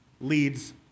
leads